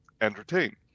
entertain